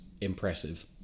impressive